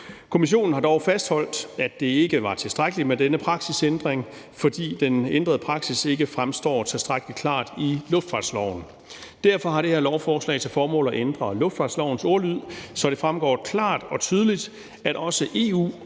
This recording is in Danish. Kommissionen har dog fastholdt, at det ikke var tilstrækkeligt med denne praksisændring, fordi den ændrede praksis ikke fremstår tilstrækkelig klart i luftfartsloven. Derfor har det her lovforslag til formål at ændre luftfartslovens ordlyd, så det fremgår klart og tydeligt, at også EU-